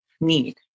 need